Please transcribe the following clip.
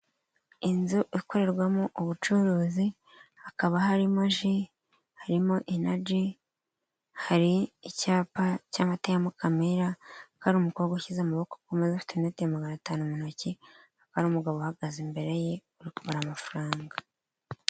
Inzu ikorerwamo ubucuruzi hakaba harimo ji, harimo inagi, hari icyapa cy'amata ya Mukamira, hakanba hari umukobwa washyize amaboko ku meza ufite inoti magana atanu mu ntoki, hakaba n' umugabo uhagaze imbere ye uri kubara amafaranga.